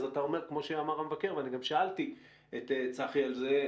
אז אתה אומר כמו שאמר המבקר ואני גם שאלתי את צחי על זה,